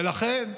ולכן,